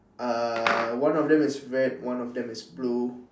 uh one of them is red one of them is blue